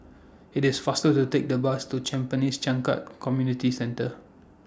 IT IS faster to Take The Bus to Tampines Changkat Community Centre